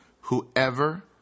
Whoever